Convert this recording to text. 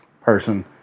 person